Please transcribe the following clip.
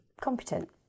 competent